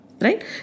Right